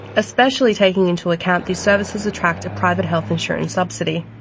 especially taking into account these services attract a private health insurance subsidy.